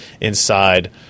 inside